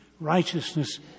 righteousness